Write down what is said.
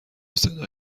صدا